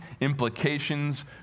implications